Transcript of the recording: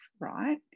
right